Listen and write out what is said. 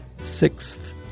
Sixth